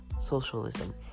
socialism